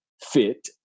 fit